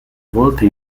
volte